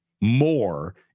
more